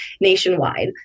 nationwide